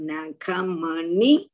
Nakamani